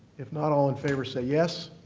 if not, all in favor say yes.